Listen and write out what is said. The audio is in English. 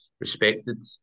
respected